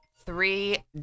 three